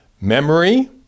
memory